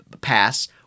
Pass